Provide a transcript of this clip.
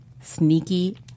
sneaky